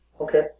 okay